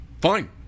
fine